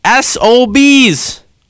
SOBs